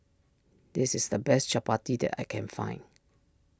this is the best Chapati that I can find